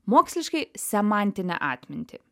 moksliškai semantinę atmintį